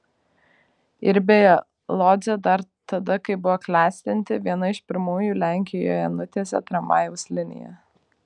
ir beje lodzė dar tada kai buvo klestinti viena iš pirmųjų lenkijoje nutiesė tramvajaus liniją